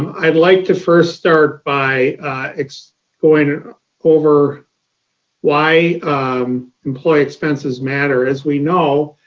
um i'd like to first start by going over why employee expenses matter. as we know,